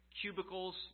cubicles